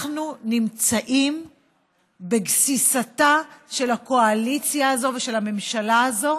אנחנו נמצאים בגסיסתה של הקואליציה הזאת ושל הממשלה הזאת,